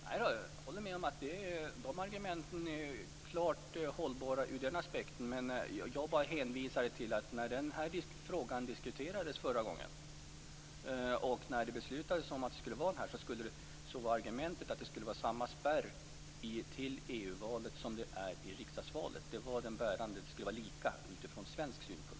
Fru talman! Jag håller med om att argumenten är klart hållbara ur den aspekten. Jag hänvisade bara till att när denna fråga diskuterades förra gången och när beslut fattades var argumentet att det skulle vara samma spärr till EU-valet som till riksdagsvalet. Det bärande argumentet var att det skulle vara lika utifrån svensk synpunkt.